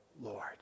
Lord